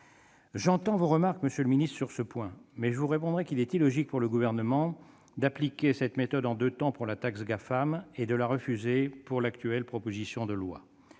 J'entends vos remarques, monsieur le secrétaire d'État, sur ce point, mais je vous répondrai qu'il est illogique pour le Gouvernement d'appliquer cette méthode en deux temps pour la taxe Gafam et de la refuser pour l'actuelle proposition de loi.